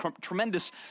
tremendous